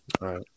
right